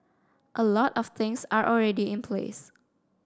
a lot of things are already in place